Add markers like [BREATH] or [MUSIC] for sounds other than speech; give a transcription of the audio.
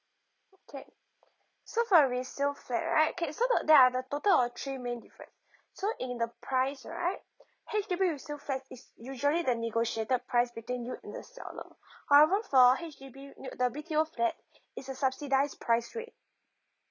okay so for the resale flat right okay so the there are the total of three main different so in the price right H_D_B resale flat is usually the negotiated price between you and the seller [BREATH] however for H_D_B new the B_T_O flat is a subsidised price rate